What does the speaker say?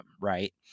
right